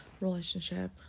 relationship